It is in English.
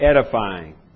edifying